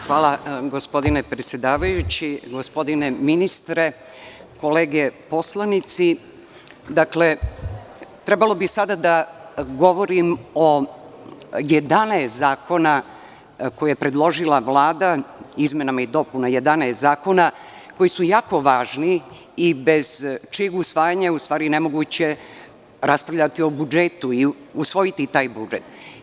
Hvala gospodine predsedavajući, gospodine ministre, kolege poslanici, trebalo bi sada da govorim o 11 zakona koje je predložila Vlada, izmene i dopune 11 zakona koji su jako važni i bez čijeg usvajanja je nemoguće raspravljati o budžetu i usvojiti taj budžet.